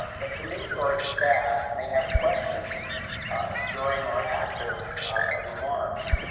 the committee or its staff may have questions during or after remarks.